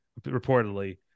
reportedly